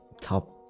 top